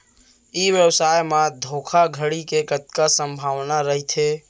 ई व्यवसाय म धोका धड़ी के कतका संभावना रहिथे?